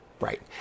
Right